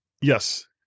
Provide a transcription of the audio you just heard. yes